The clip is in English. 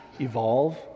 evolve